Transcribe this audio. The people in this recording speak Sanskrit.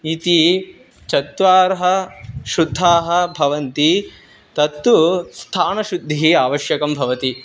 इति चत्वारः शुद्धाः भवन्ति तत्तु स्थानशुद्धिः आवश्यकं भवति